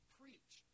preach